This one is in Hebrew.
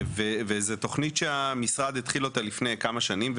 וזו תוכנית שמהשרד התחיל אותה לפני כמה שנים ,